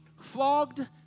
flogged